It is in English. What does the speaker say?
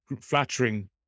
flattering